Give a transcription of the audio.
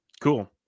Cool